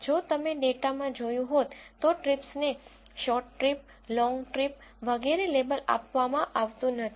જો તમે ડેટામાં જોયું હોત તો ટ્રિપ્સને શોર્ટ ટ્રીપ લોંગ ટ્રીપ વગેરે લેબલ આપવામાં આવતું નથી